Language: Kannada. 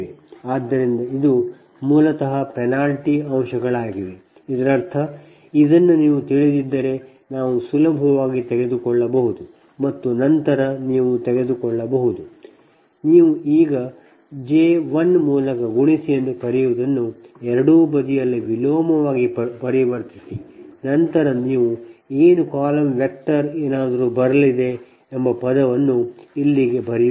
ಆದ್ದರಿಂದ ಇವು ಮೂಲತಃ ಪೆನಾಲ್ಟಿ ಅಂಶಗಳಾಗಿವೆ ಇದರರ್ಥ ಇದನ್ನು ನೀವು ತಿಳಿದಿದ್ದರೆ ನಾವು ಸುಲಭವಾಗಿ ತೆಗೆದುಕೊಳ್ಳಬಹುದು ಮತ್ತು ನಂತರ ನೀವು ತೆಗೆದುಕೊಳ್ಳಬಹುದು ನೀವು ಈ J 1 ಮೂಲಕ ಗುಣಿಸಿ ಎಂದು ಕರೆಯುವದನ್ನು ಎರಡೂ ಬದಿಯಲ್ಲಿ ವಿಲೋಮವಾಗಿ ಪರಿವರ್ತಿಸಿ ನಂತರ ನೀವು ಏನು ಕಾಲಮ್ ವೆಕ್ಟರ್ ಏನಾದರೂ ಬರಲಿದೆ ಎಂಬ ಪದವನ್ನು ನೀವು ಇಲ್ಲಿಗೆ ಪಡೆಯುತ್ತೀರಿ